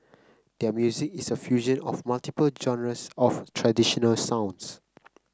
their music is a fusion of multiple genres of traditional sounds